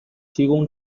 提供